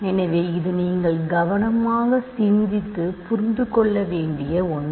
எனவே இது நீங்கள் கவனமாக சிந்தித்து புரிந்து கொள்ள வேண்டிய ஒன்று